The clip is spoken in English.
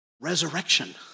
resurrection